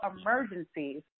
emergencies